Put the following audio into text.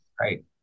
right